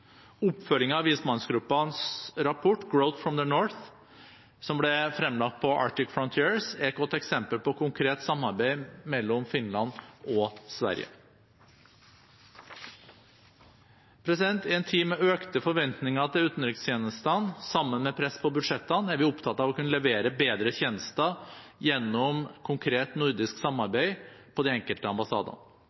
Oppfølgingen av vismannsgruppens rapport, «Growth from the North», som ble fremlagt på Arctic Frontiers, er et godt eksempel på konkret samarbeid med Finland og Sverige. I en tid med økte forventninger til utenrikstjenestene, sammen med press på budsjettene, er vi opptatt av å kunne levere bedre tjenester gjennom konkret nordisk samarbeid på de enkelte ambassadene.